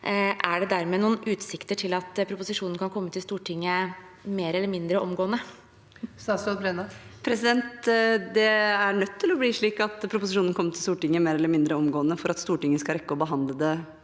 Er det noen utsikter til at proposisjonen kan komme til Stortinget mer eller mindre omgående? Statsråd Tonje Brenna Det er nødt til å bli slik at proposisjonen kommer til Stortinget mer eller mindre omgående for at Stortinget skal rekke å behandle dette